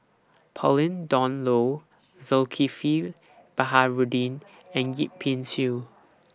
Pauline Dawn Loh Zulkifli Baharudin and Yip Pin Xiu